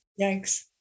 Yikes